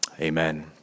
amen